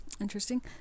Interesting